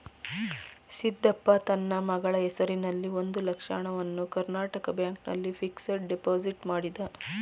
ಸಿದ್ದಪ್ಪ ತನ್ನ ಮಗಳ ಹೆಸರಿನಲ್ಲಿ ಒಂದು ಲಕ್ಷ ಹಣವನ್ನು ಕರ್ನಾಟಕ ಬ್ಯಾಂಕ್ ನಲ್ಲಿ ಫಿಕ್ಸಡ್ ಡೆಪೋಸಿಟ್ ಮಾಡಿದ